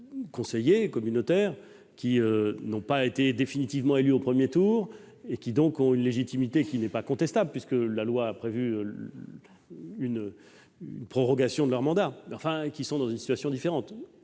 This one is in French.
de conseillers communautaires qui n'ont pas été définitivement élus au premier tour et dont la légitimité, bien que n'étant pas contestable, puisque la loi a prévu la prorogation de leur mandat, les place dans une situation différente,